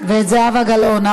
ואת זהבה גלאון.